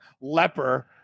leper